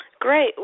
Great